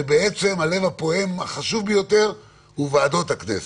כאשר הלב הפועם החשוב ביותר הוא ועדות הכנסת.